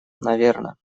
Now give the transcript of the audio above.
наверно